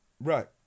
Right